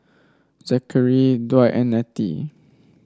Zachary Dwight and Nettie